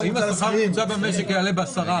אם השכר הממוצע במשק יעלה ב-10%?